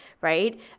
right